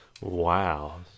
wow